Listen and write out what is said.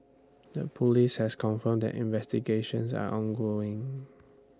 the Police has confirmed that investigations are ongoing